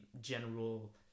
general